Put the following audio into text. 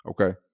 Okay